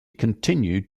continued